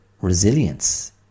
resilience